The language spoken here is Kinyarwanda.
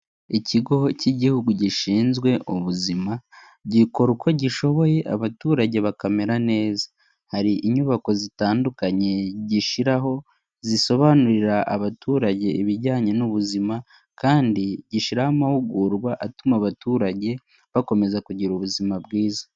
Ikigo cy'igihugu gishinzwe ubuzima, gikora uko gishoboye abaturage bakamera neza, hari inyubako zitandukanye gishiraho zisobanurira abaturage ibijyanye n'ubuzima, kandi gishyiraho amahugurwa atuma abaturage bakomeza kugira ubuzima bwiza.